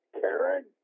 Karen